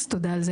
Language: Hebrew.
תודה.